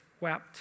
wept